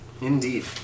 Indeed